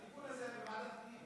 התיקון הזה, לוועדת הפנים.